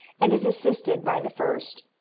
and is assisted by the first.